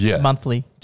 monthly